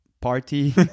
party